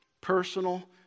Personal